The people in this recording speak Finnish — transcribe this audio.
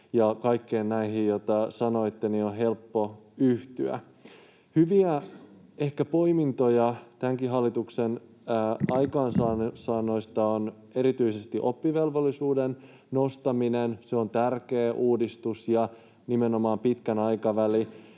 kaikkeen, mitä sanoitte, on helppo yhtyä. Hyviä poimintoja tämänkin hallituksen aikaansaannoista: Erityisesti oppivelvollisuuden nostaminen on tärkeä uudistus, nimenomaan pitkällä aikavälillä.